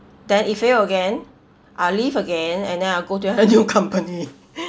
then if fail again I'll leave again and then I'll go to a new company